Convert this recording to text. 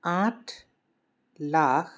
আঠ লাখ